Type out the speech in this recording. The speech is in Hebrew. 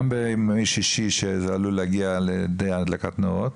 גם ביום ששי שזה עלול להגיע להדלקת נרות,